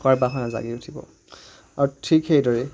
বাসনা জাগি উঠিব আৰু ঠিক সেইদৰে